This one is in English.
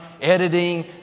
editing